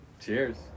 Cheers